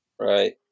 Right